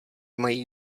mají